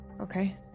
Okay